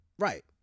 Right